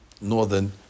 northern